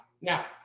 Now